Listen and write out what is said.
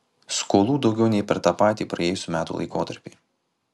skolų daugiau nei per tą patį praėjusių metų laikotarpį